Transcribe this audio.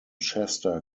shasta